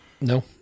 No